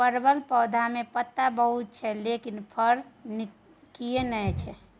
परवल पौधा में पत्ता बहुत छै लेकिन फरय किये नय छै?